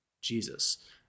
Jesus